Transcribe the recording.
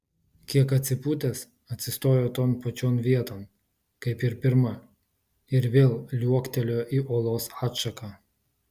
kiek atsipūtęs atsistojo ton pačion vieton kaip ir pirma ir vėl liuoktelėjo į olos atšaką